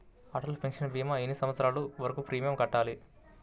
Atal pension భీమా ఎన్ని సంవత్సరాలు వరకు ప్రీమియం కట్టాలి?